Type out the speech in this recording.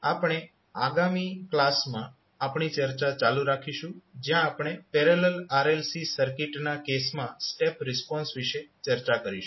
આપણે આગામી કલાસમાં આપણી ચર્ચા ચાલુ રાખીશું જ્યાં આપણે પેરેલલ RLC સર્કિટના કેસમાં સ્ટેપ રિસ્પોન્સ વિશે ચર્ચા કરીશું